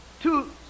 two